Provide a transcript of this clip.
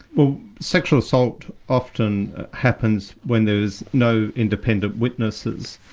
well sexual assault often happens when there's no independent witnesses.